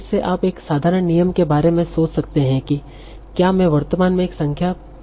फिर से आप एक साधारण नियम के बारे में सोच सकते हैं कि क्या मैं वर्तमान में एक संख्या पर हूं